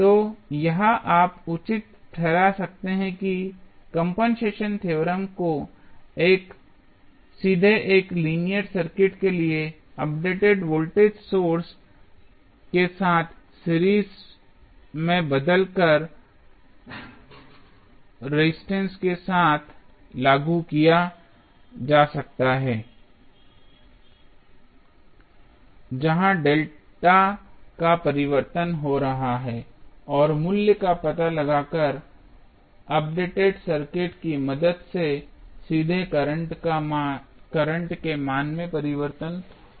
तो यह आप उचित ठहरा सकते हैं कि कंपनसेशन थ्योरम को सीधे एक लीनियर सर्किट के लिए अपडेटेड वोल्टेज सोर्स के साथ सीरीज में बदलकर रेजिस्टेंस के साथ लागू किया जा सकता है जहां Δ का परिवर्तन हो रहा है और मूल्य का पता लगाकर अपडेटेड सर्किट की मदद से सीधे करंट के मान में परिवर्तन करें